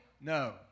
No